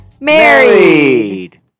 married